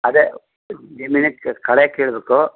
ಅದೆ ದಿನಕ್ಕೆ ಕಳೆ ಕೀಳಬೇಕು